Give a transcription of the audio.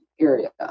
area